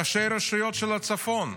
ראשי הרשויות של הצפון.